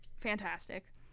fantastic